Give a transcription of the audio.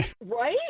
right